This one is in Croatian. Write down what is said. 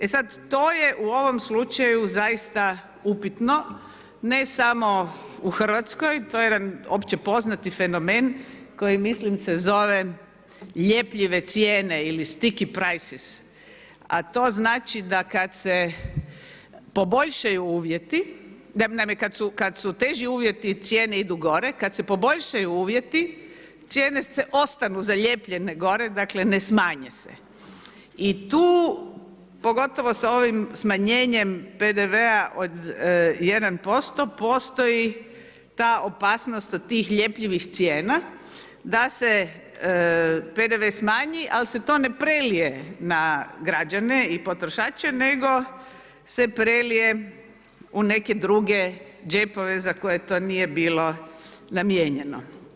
E sad to je u ovom slučaju upitno, ne samo u Hrvatskoj to je jedan opće poznati fenomen koji mislim se zove ljepljive cijene ili sticki prices, a to znači da kad se poboljšaju, naime kad su teži uvjeti cijene idu gore, kad se poboljšaju uvjeti cijene se ostanu zalijepljene gore dakle ne smanje se i tu pogotovo sa ovim smanjenjem PDV-a od 1% postoji ta opasnost od tih ljepljivih cijena, da se PDV smanji al se to ne prelije na građane i potrošače nego se prelije u neke druge džepove za koje to nije bilo namijenjeno.